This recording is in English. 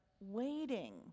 waiting